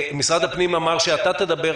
משרד הפנים אמר שאתה תדבר,